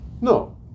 No